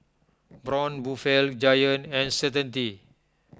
Braun Buffel Giant and Certainty